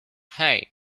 hey